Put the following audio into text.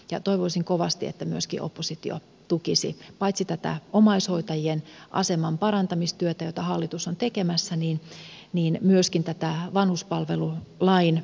toivoisin kovasti että myöskin oppositio tukisi paitsi tätä omaishoitajien aseman parantamistyötä jota hallitus on tekemässä niin myöskin tätä vanhuspalvelulain maaliin viemistä